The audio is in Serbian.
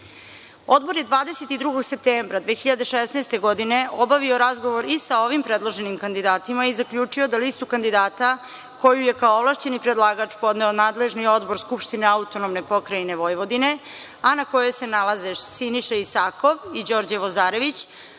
je 22. septembra 2016. godine obavio razgovor i sa ovim predloženim kandidatima i zaključio da listu kandidata koju je kao ovlašćeni predlagač podneo nadležni odbor Skupštine AP Vojvodine, a na kojoj se nalaze Siniša Isakov i Đorđe Vozarević,